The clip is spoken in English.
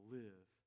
live